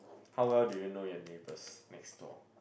how well do you know your neighbours next door